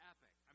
Epic